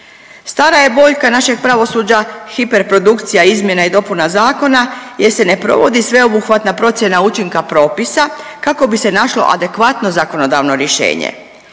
Stara je boljka našeg pravosuđa hiperprodukcija izmjena i dopuna zakona jer se ne provodi sveobuhvatna procjena učinka propisa kako bi se našlo adekvatno zakonodavno rješenje.